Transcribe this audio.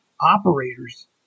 operators